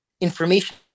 information